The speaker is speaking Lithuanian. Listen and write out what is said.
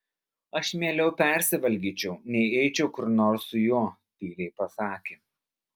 aš mieliau persivalgyčiau nei eičiau kur nors su juo tyliai pasakė